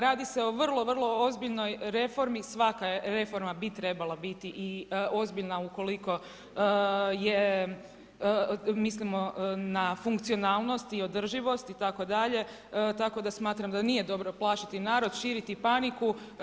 Radi se o vrlo vrlo ozbiljnoj reformi, svaka reforma bi trebala biti i ozbiljna ukoliko je mislim, na funkcionalnosti i održivosti itd. tako da smatram da nije dobro plašiti narod, širiti paniku.